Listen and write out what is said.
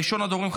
ראשון הדוברים,